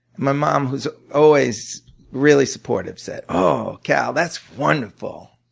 my mom, who's always really supportive, said oh, cal, that's wonderful.